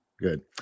Good